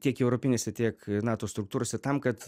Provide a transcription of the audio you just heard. tiek europinėse tiek nato struktūrose tam kad